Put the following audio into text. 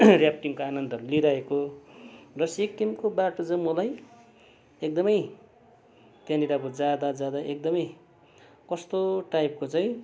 ऱ्याफटिङको आनन्दहरू लिइरहेको र सिक्किमको बाटो चाहिँ मलाई एकदमै त्यहाँनिर अब जाँदा जाँदा एकदमै कस्तो टाइपको चाहिँ